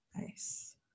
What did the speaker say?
nice